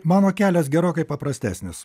mano kelias gerokai paprastesnis